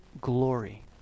glory